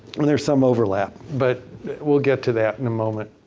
i mean there's some overlap, but we'll get to that in a moment.